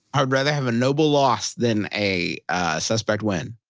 i would rather have a noble loss than a suspect win